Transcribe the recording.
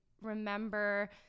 remember